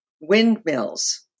Windmills